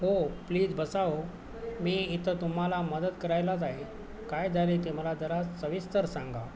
हो प्लीज बसा हो मी इथं तुम्हाला मदत करायलाच आहे काय झाले ते मला जरा सविस्तर सांगा